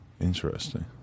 Interesting